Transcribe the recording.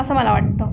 असं मला वाटतं